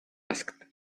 asked